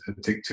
addictive